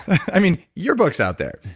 i mean, your book's out there.